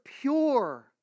pure